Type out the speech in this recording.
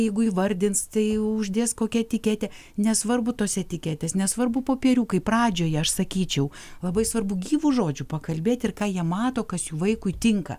jeigu įvardins tai uždės kokią etiketę nesvarbu tos etiketės nesvarbu popieriukai pradžioj aš sakyčiau labai svarbu gyvu žodžiu pakalbėt ir ką jie mato kas jų vaikui tinka